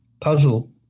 puzzle